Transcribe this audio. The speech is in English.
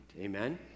Amen